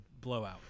blowout